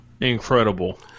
Incredible